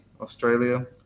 Australia